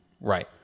Right